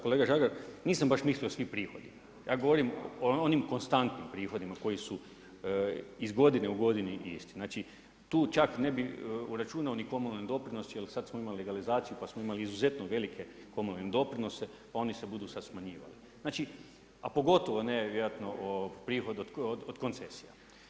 Kolega Žagar, nisam baš mislio svi prihodi, ja govorim o onim konstantnim prihodima koji su iz godine u godinu isti, znači tu čak ne bi uračunao ni komunalni doprinos jel sada smo imali legalizaciju pa smo imali izuzetno velike komunalne doprinose pa oni se budu sada smanjivali, a pogotovo ne vjerojatno prihod od koncesija.